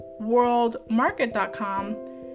WorldMarket.com